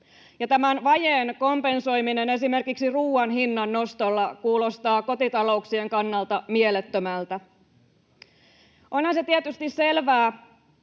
tämän vajeen kompensoiminen esimerkiksi ruuan hinnan nostolla kuulostaa kotitalouksien kannalta mielettömältä. Onhan se tietysti selvää,